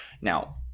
Now